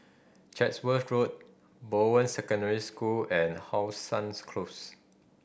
Chatsworth Road Bowen Secondary School and How Suns Close